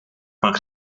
van